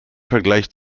vergleich